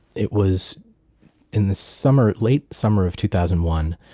it was in the summer late summer of two thousand one.